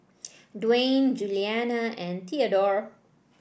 Duane Julianna and Theadore